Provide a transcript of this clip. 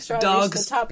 dogs